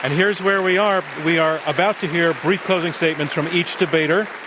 and here's where we are. we are about to hear brief closing statements from each debater.